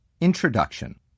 Introduction